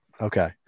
Okay